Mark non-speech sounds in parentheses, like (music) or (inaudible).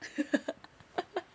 (laughs)